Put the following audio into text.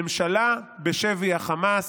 ממשלה בשבי החמאס.